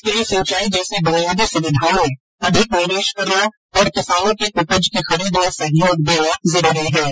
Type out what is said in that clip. इसके लिए सिंचाई जैसी बुनियादी सुविधाओँ में अधिक निवेश करना और किसानों की उपज की खरीद में सहयोग देना जरूरी है